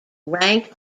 rank